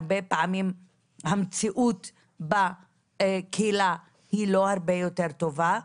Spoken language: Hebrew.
הרבה פעמים המציאות בקהילה היא לא הרבה יותר טובה,